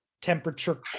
temperature